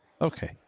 okay